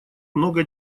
много